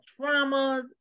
traumas